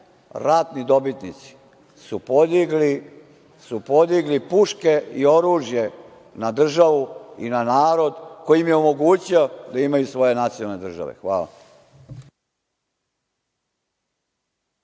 ratni dobitnici, su podigli puške i oružje na državu i na narod koji im je omogućio da imaju svoje nacionalne države. Hvala.